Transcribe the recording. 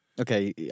Okay